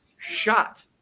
shot